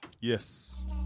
Yes